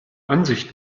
ansicht